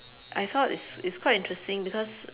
I thought it's it's quite interesting because